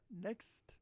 next